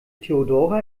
theodora